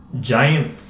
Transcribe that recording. giant